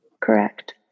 Correct